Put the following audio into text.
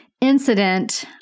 incident